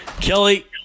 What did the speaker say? kelly